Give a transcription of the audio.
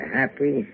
happy